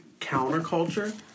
counterculture